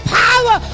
power